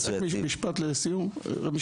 רק משפט אחד לסיום.